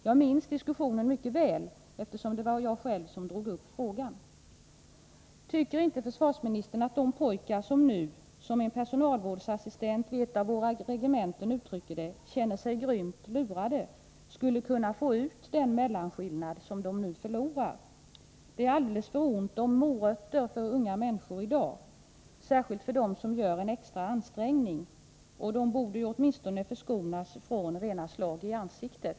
Jag har diskussionen i gott minne, eftersom det var jag själv som aktualiserade frågan. Anser inte försvarsministern att de pojkar ”som nu känner sig grymt lurade”, som en personalvårdsassistent vid ett av våra regementen uttryckt det, skulle kunna få ut den mellanskillnad som de förlorar? Det är i dag alldeles för ont om ”morötter” för unga människor, särskilt för dem som anstränger sig litet extra. De borde åtminstone förskonas från sådant som upplevs som ett slag i ansiktet.